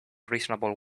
reasonable